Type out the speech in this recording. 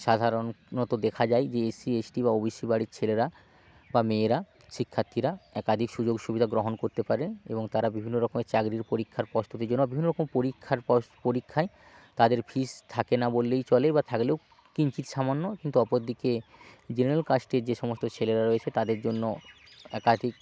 সাধারণনত দেখা যায় যে এসসি এসটি বা ওবিসি বাড়ির ছেলেরা বা মেয়েরা শিক্ষার্থীরা একাধিক সুযোগ সুবিধা গ্রহণ করতে পারেন এবং তারা বিভিন্ন রকমের চাকরির পরীক্ষার প্রস্তুতির জন্য বিভিন্ন রকম পরীক্ষার পস পরীক্ষায় তাদের ফিস থাকে না বললেই চলে বা থাকলেও কিঞ্চিৎ সামান্য কিন্তু অপরদিকে জেনারেল কাস্টের যে সমস্ত ছেলেরা রয়েছে তাদের জন্য একাধিক